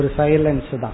silence